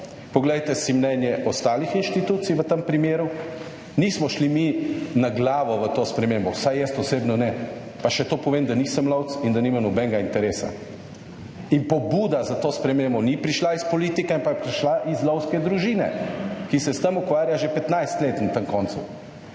poglejte si mnenje ostalih institucij v tem primeru, nismo šli mi na glavo v to spremembo, vsaj jaz osebno ne. Pa še to povem, da nisem lovec, in da nimam nobenega interesa. In pobuda za to spremembo ni prišla iz politike, ampak je prišla iz lovske družine, ki se s tem ukvarja že 15 let na tem koncu.